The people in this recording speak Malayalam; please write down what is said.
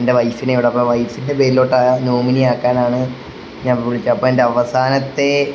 എൻ്റെ വൈഫിനെ ഇവിടെ അപ്പം വൈഫിൻ്റെ പേരിലോട്ട് നോമിനിയാക്കാനാണ് ഞാൻ അപ്പം വിളിച്ചത് അപ്പം എൻ്റെ അവസാനത്തെ